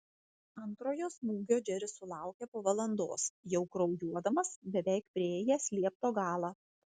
antrojo smūgio džeris sulaukė po valandos jau kraujuodamas beveik priėjęs liepto galą